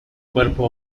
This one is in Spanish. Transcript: cuerpo